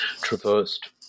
traversed